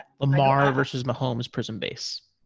lamar versus mahomes prison base.